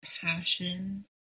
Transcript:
passion